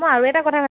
মই আৰু এটা কথা